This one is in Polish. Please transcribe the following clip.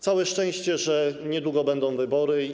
Całe szczęście, że niedługo będą wybory.